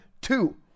two